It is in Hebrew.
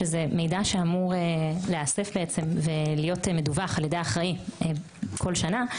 שזה מידע שאמור להיאסף ולהיות מדווח על ידי האחראי כל שנה,